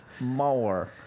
more